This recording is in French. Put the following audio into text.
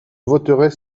voterai